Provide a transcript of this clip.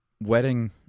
wedding